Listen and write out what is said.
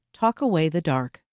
talkawaythedark